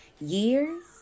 years